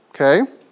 okay